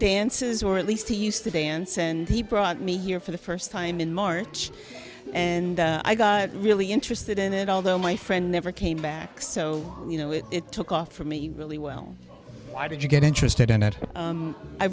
dances or at least he used today and said and he brought me here for the first time in march and i got really interested in it although my friend never came back so you know it took off for me really well why did you get interested in it